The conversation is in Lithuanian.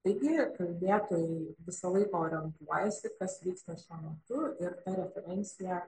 taigi kalbėtojai visą laiką orientuojasi kas vyksta šiuo metu ir ta referencija